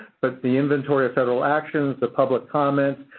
but the inventory of federal actions, the public comments,